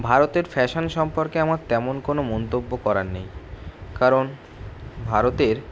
ভারতের ফ্যাশান সম্পর্কে আমার তেমন কোনো মন্তব্য করার নেই কারণ ভারতের